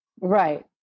right